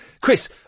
Chris